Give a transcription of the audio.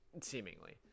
seemingly